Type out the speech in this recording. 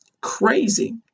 Crazy